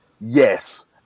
yes